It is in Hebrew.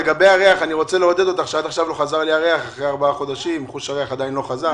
אני רוצה לעודד אותך שעד עכשיו חוש הריח לא חזר,